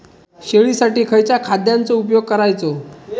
शेळीसाठी खयच्या खाद्यांचो उपयोग करायचो?